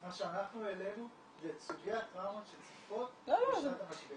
מה שאנחנו העלינו זה את סוגי הטראומה שצפים בשעת המשבר.